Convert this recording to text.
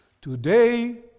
Today